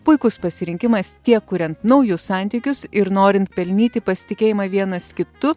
puikus pasirinkimas tiek kuriant naujus santykius ir norint pelnyti pasitikėjimą vienas kitu